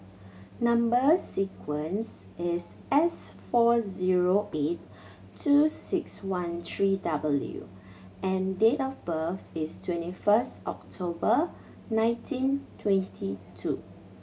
number sequence is S four zero eight two six one three W and date of birth is twenty first October nineteen twenty two